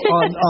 on